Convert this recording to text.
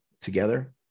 together